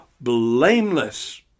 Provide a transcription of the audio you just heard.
blameless